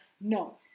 no